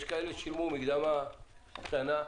יש מי ששילמו מקדמה קטנה,